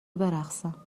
برقصم